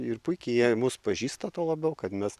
ir puikiai jie mus pažįsta tuo labiau kad mes